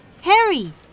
Harry